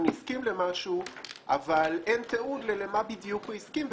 הסכים למשהו אבל אין תיעוד למה בדיוק הוא הסכים,